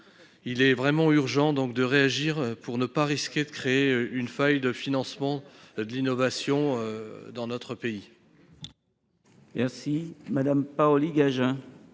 Il est urgent de réagir pour éviter de créer une faille de financement de l’innovation dans notre pays.